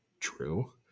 true